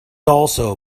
also